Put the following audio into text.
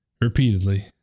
repeatedly